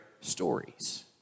stories